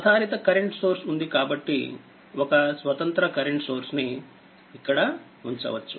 ఆధారిత current source ఉంది కాబట్టిఒక స్వతంత్ర కరెంట్ సోర్స్ ని ఇక్కడ ఉంచవచ్చు